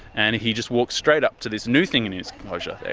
and he just walked straight up to this new thing in his enclosure,